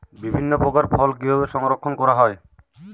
বিভিন্ন প্রকার ফল কিভাবে সংরক্ষণ করা হয়?